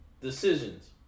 decisions